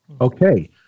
Okay